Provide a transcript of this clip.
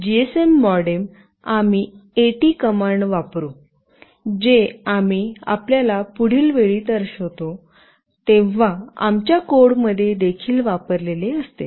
GSM modem आम्ही AT command वापरू जे आम्ही आपल्याला पुढील वेळी दर्शवितो तेव्हा आमच्या कोडमध्ये देखील वापरलेले असत